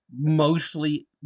mostly